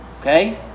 Okay